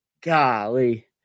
golly